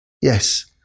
Yes